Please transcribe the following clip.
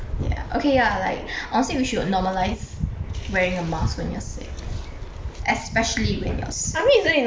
ya okay ya like honestly we should normalise wearing a mask when you're sick especially when you're sick